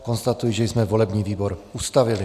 Konstatuji, že jsme volební výbor ustavili.